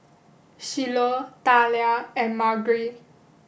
Shiloh Thalia and Margery